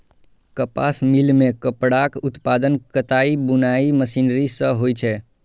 कपास मिल मे कपड़ाक उत्पादन कताइ बुनाइ मशीनरी सं होइ छै